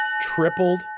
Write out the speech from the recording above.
tripled